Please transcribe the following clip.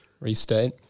restate